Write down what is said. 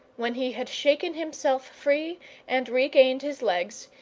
when he had shaken himself free and regained his legs,